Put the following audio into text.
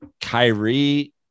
Kyrie